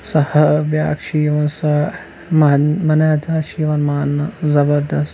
سۄ ہۄ بیاکھ چھِ یوان سۄ مانیِتا چھِ یِوان ماننہٕ زبردست